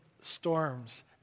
storms